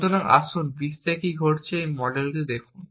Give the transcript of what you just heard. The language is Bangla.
সুতরাং আসুন বিশ্বে কী ঘটছে তার এই মডেলটি দেখুন